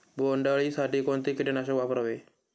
बोंडअळी साठी कोणते किटकनाशक वापरावे?